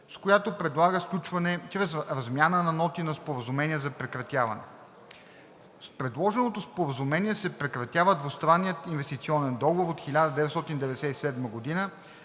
с която предлага сключване чрез размяна на ноти на Споразумение за прекратяване. С предложеното споразумение се прекратява Двустранният инвестиционен договор от 1997 г.